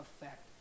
effect